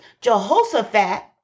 Jehoshaphat